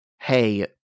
Hey